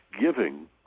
giving